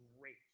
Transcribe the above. great